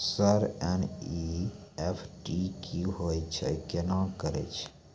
Sir NEFT की होय छै, केना करे छै?